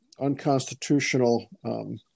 unconstitutional